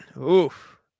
Oof